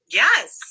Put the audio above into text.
yes